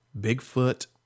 Bigfoot